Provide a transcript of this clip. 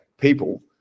people